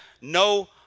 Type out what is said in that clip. no